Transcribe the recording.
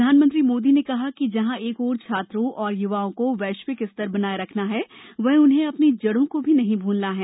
प्रधानमंत्री मोदी ने कहा कि जहां एक ओर छात्रों और युवाओं को वैश्विक स्तर बनाए रखना है वहीं उन्हें अपनी जड़ों को भी नहीं भूलना है